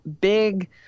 big